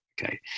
Okay